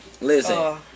Listen